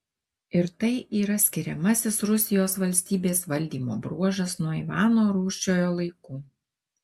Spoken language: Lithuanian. ir tai yra skiriamasis rusijos valstybės valdymo bruožas nuo ivano rūsčiojo laikų